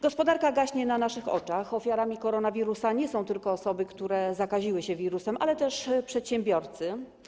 Gospodarka gaśnie na naszych oczach, ofiarami koronawirusa są nie tylko osoby, które zaraziły się wirusem, ale też przedsiębiorcy.